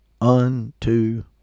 unto